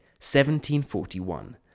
1741